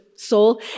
soul